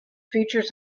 features